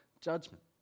judgment